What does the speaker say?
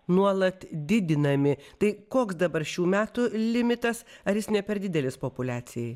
nuolat didinami tai koks dabar šių metų limitas ar jis ne per didelis populiacijai